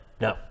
no